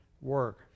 work